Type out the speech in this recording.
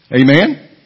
Amen